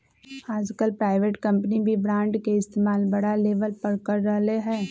आजकल private company भी bond के इस्तेमाल बड़ा लेवल पर कर रहले है